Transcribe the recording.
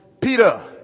Peter